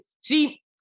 see